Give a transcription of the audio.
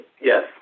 Yes